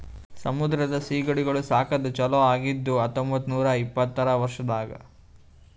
ಸಮುದ್ರದ ಸೀಗಡಿಗೊಳ್ ಸಾಕದ್ ಚಾಲೂ ಆಗಿದ್ದು ಹತೊಂಬತ್ತ ನೂರಾ ಇಪ್ಪತ್ತರ ವರ್ಷದಾಗ್